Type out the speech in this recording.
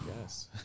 Yes